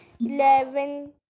eleven